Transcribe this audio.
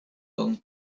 dan